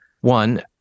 one